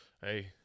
Hey